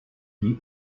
die